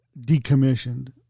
decommissioned